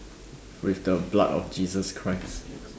with the blood of Jesus Christ